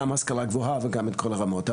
גם השכלה גבוהה וגם את כל הרמות.